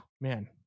man